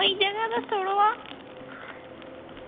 केईं जगह दा सुने दा